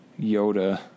Yoda